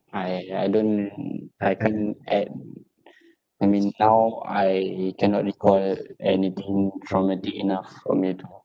I I don't I can't at I mean now I cannot recall anything traumatic enough for me to